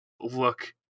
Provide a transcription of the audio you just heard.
look